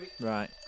Right